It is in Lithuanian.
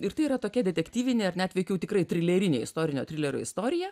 ir tai yra tokia detektyvinė ar net veikiau tikrai trilerinė istorinio trilerio istorija